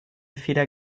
feder